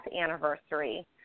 anniversary